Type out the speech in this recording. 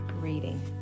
Reading